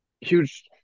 huge